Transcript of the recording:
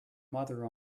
mother